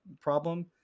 problem